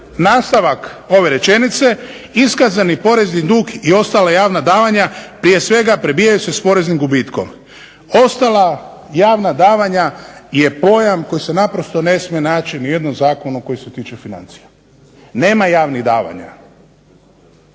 nastavak ove rečenice: "iskazani porezni dug i ostala javna davanja prije svega prebijaju se s poreznim gubitkom". Ostala javna davanja je pojam koji se naprosto ne smije naći ni u jednom zakonu koji se tiče financija. Nema javnih davanja.